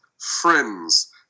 Friends